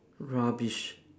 rubbish